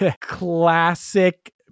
classic